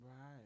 Right